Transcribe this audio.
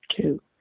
two